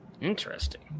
Interesting